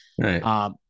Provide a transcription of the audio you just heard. Right